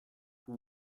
who